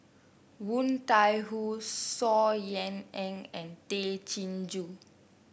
Woon Tai Ho Saw Ean Ang and Tay Chin Joo